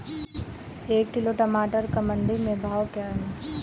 एक किलोग्राम टमाटर का मंडी में भाव क्या है?